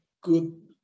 good